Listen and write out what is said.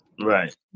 Right